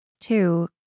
Two